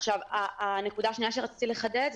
הנקודה השנייה שרציתי לחדד,